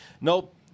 Nope